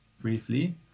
briefly